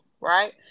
right